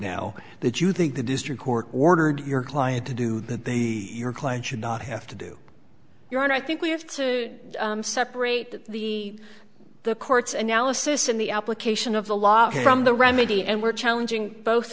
now that you think the district court ordered your client to do that they your client should not have to do your own i think we have to separate the the court's analysis in the application of the law from the remedy and we're challenging both